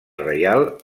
reial